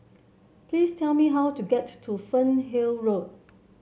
please tell me how to get to to Fernhill Road